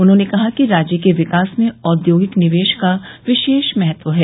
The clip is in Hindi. उन्होंने कहा कि राज्य के विकास में औद्योगिक निवेश का विशेष महत्व है